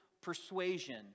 persuasion